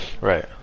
Right